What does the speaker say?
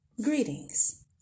greetings